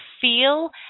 feel